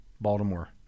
Baltimore